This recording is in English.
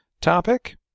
topic